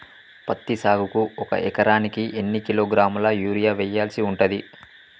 పత్తి సాగుకు ఒక ఎకరానికి ఎన్ని కిలోగ్రాముల యూరియా వెయ్యాల్సి ఉంటది?